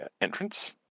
entrance